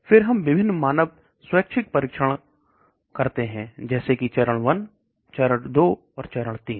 फिर हम विभिन्न मानव वॉलिंटियर्स परीक्षण आते हैं जैसे कि चरण 1 चरण 2 चरण 3